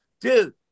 Dude